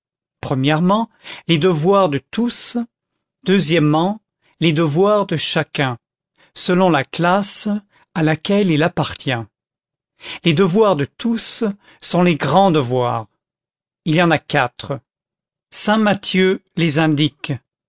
premièrement les devoirs de tous deuxièmement les devoirs de chacun selon la classe à laquelle il appartient les devoirs de tous sont les grands devoirs il y en a quatre saint matthieu les indique